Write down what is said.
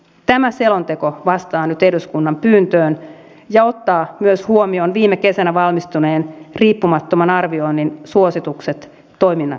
tämä selonteko vastaa nyt eduskunnan pyyntöön ja ottaa myös huomioon viime kesänä valmistuneen riippumattoman arvioinnin suositukset toiminnan kehittämisestä